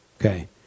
Okay